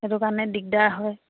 সেইটো কাৰণে দিগদাৰ হয়